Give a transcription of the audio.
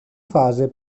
fase